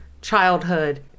childhood